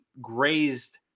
grazed